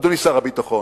אדוני שר הביטחון.